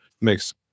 makes